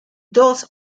dos